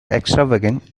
extravagant